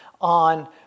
on